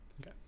Okay